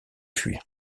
fuir